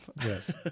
Yes